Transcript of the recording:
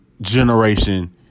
generation